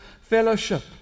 fellowship